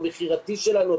המכירתי שלנו,